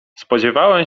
spodziewałem